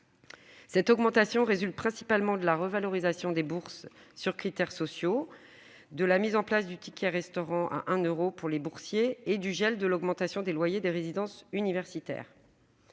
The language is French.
Cette augmentation résulte principalement de la revalorisation des bourses sur critères sociaux, de la mise en place du ticket-restaurant à un euro pour les boursiers et du gel de l'augmentation des loyers des résidences universitaires.